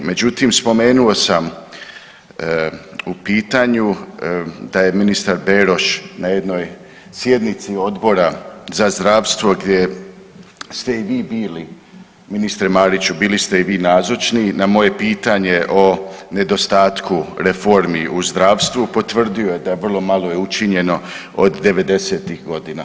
Međutim, spomenuo sam u pitanju da je ministar Beroš na jednoj sjednici Odbora za zdravstvo gdje je, ste i vi bili ministre Mariću, bili ste i vi nazočni, na moje pitanje o nedostatku reformi u zdravstvu, potvrdio je da je vrlo malo učinjeno od '90.-tih godina.